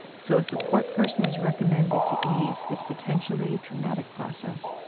so, a support person is recommended to ease this potentially traumatic process.